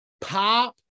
Pop